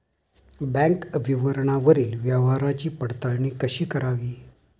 Bank विवरणावरील व्यवहाराची पडताळणी कशी करावी?